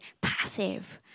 passive